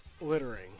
Littering